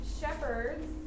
shepherds